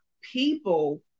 people